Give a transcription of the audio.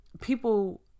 people